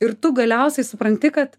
ir tu galiausiai supranti kad